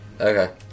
Okay